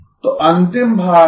तो अंतिम भाग है